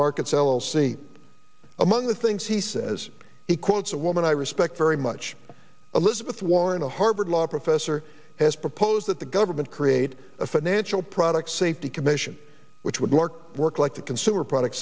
markets l l c among the things he says he quotes a woman i respect very much elizabeth warren a harvard law professor has proposed that the government create a financial product safety commission which would lark work like the consumer product